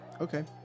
Okay